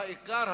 האיכר,